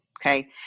Okay